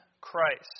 Christ